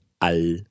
al